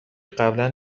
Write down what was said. قبلا